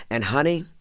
and, honey,